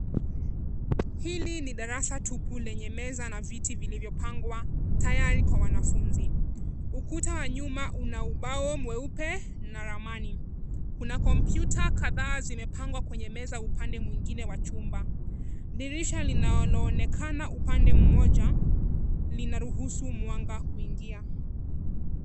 Hili ni darasa tupu lenye meza na viti vilivyopangwa tayari kwa wanafunzi. Ukuta wa nyuma una ubao mweupe na ramani. Kuna kompyuta kadhaa zimepangwa kwenye meza upande mwingine wa chumba. Dirisha linaloonekana upande moja linaruhusu mwanga kuingia.